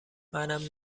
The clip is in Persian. منم